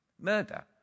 Murder